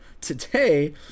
today